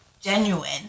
genuine